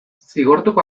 zigortuko